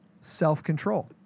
self-control